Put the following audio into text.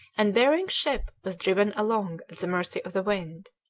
and behring's ship was driven along at the mercy of the wind.